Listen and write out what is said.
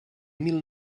mil